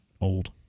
old